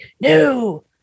No